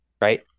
right